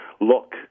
look